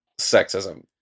sexism